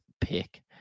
pick